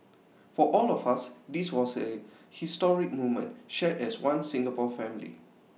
for all of us this was A historic moment shared as One Singapore family